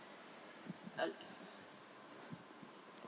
okay